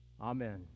Amen